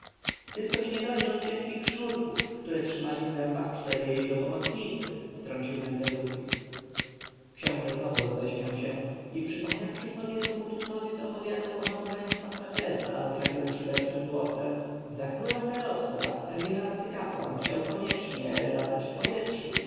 kuglarza tylkoś nie dojrzał cienkich sznurków które trzymali w zębach czterej jego pomocnicy wtrącił mentezufis książę znowu roześmiał się i przypomniawszy sobie co mu tutmozis opowiadał o nabożeństwach mefresa rzekł szyderczym tonem za króla cheopsa pewien arcykapłan chciał koniecznie latać po powietrzu